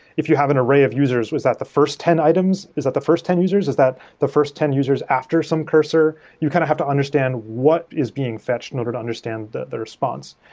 if you have an array of users, was that the first ten items? is that the first ten users? is that the first ten users after some cursor? you kind of have to understand what is being fetched in order to understand the the response.